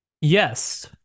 Yes